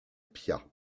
piat